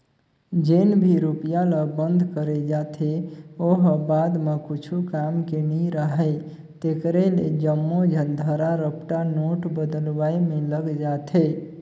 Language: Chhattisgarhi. जेन भी रूपिया ल बंद करे जाथे ओ ह बाद म कुछु काम के नी राहय तेकरे ले जम्मो झन धरा रपटा नोट बलदुवाए में लग जाथे